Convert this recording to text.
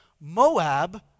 Moab